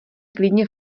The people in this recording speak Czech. klidně